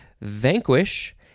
Vanquish